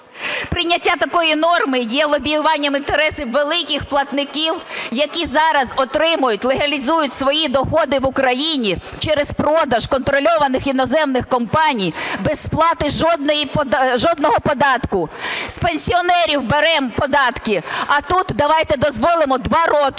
Прийняття такої норми є лобіювання інтересів великих платників, які зараз отримують, легалізують свої доходи в Україні через продаж контрольованих іноземних компаній без сплати жодного податку. З пенсіонерів беремо податки. А тут давайте дозволимо 2 роки